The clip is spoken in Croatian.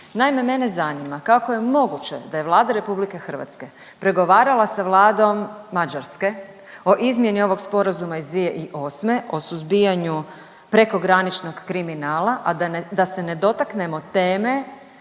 Naime, mene zanima kako je moguće da je Vlada RH pregovarala sa vladom Mađarske o izmjeni ovog Sporazuma iz 2008. o suzbijanju prekograničnog kriminala, a da se ne dotaknemo teme